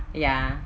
ya